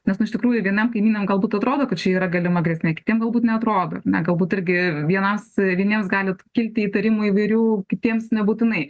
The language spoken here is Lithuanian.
nes nu iš tikrųjų vienam kaimynam galbūt atrodo kad čia yra galima grėsmė kitiem galbūt neatrodo ar ne galbūt irgi vienas vieniems galit kilti įtarimų įvairių kitiems nebūtinai